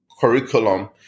curriculum